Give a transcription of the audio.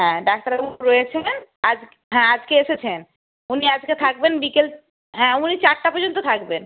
হ্যাঁ ডাক্তারবাবু রয়েছেন আজ হ্যাঁ আজকে এসেছেন উনি আজকে থাকবেন বিকেল হ্যাঁ উনি চারটে পর্যন্ত থাকবেন